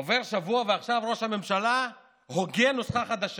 עובר שבוע, ועכשיו ראש הממשלה הוגה נוסחה חדשה: